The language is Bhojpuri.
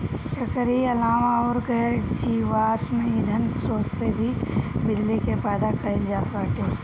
एकरी अलावा अउर गैर जीवाश्म ईधन स्रोत से भी बिजली के पैदा कईल जात बाटे